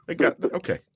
Okay